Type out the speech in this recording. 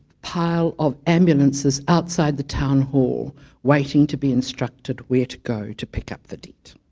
pile of ambulances outside the town hall waiting to be instructed where to go to pick up the dead